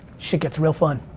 shit gets real fun.